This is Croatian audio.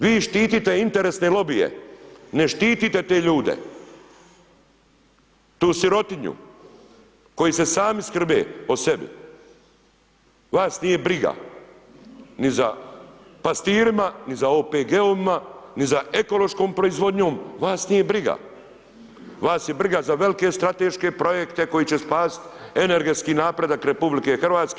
Vi štite interesne lobije ne štitite te ljude, tu sirotinju, koji se sami skrbe o sebi, vas nije briga ni za pastirima, ni za OPG-ovima, ni za ekološkom proizvodnjom, vas nije briga, vas je briga za velike strateške projekte koji će spasiti energetski napredak RH.